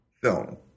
film